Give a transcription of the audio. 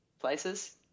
places